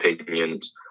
opinions